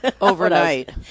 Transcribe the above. Overnight